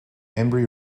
embry